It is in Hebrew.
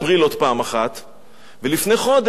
ולפני חודש הם גם הזמינו אותי,